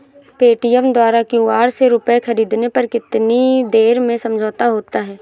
Paytm द्वारा QR से रूपए ख़रीदने पर कितनी देर में समझौता होता है?